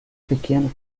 pequeno